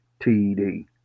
TD